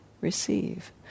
receive